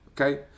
Okay